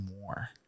more